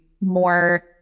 more